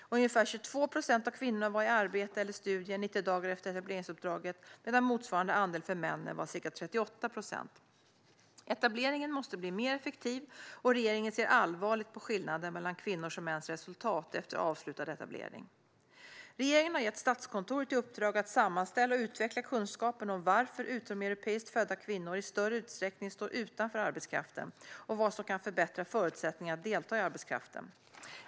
Ungefär 22 procent av kvinnorna var i arbete eller studier 90 dagar efter etableringsuppdraget medan motsvarande andel för männen var ca 38 procent. Etableringen måste bli mer effektiv, och regeringen ser allvarligt på skillnaden mellan kvinnors och mäns resultat efter avslutad etablering. Regeringen har gett Statskontoret i uppdrag att sammanställa och utveckla kunskapen om varför utomeuropeiskt födda kvinnor i större utsträckning står utanför arbetskraften och vad som kan förbättra förutsättningarna att delta i arbetskraften.